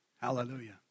Hallelujah